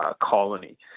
colony